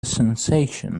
sensation